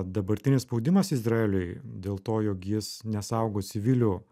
dabartinis spaudimas izraeliui dėl to jog jis nesaugos civilių